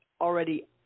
already